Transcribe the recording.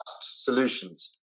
solutions